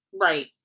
Right